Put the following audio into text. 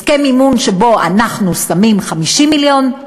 הסכם מימון שבו אנחנו שמים 50 מיליון,